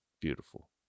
beautiful